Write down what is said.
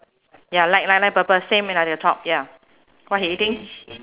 ya light light light purple same like the top ya what heading